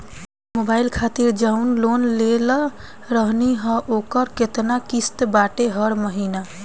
Mobile खातिर जाऊन loan लेले रहनी ह ओकर केतना किश्त बाटे हर महिना?